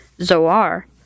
Zoar